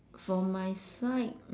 from my side